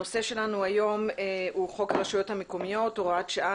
על סדר היום הצעת חוק הרשויות המקומיות (הוראת שעה,